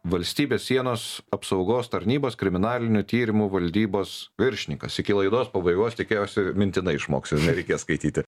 valstybės sienos apsaugos tarnybos kriminalinių tyrimų valdybos viršininkas iki laidos pabaigos tikėjausi mintinai išmoksiu ir nereikės skaityti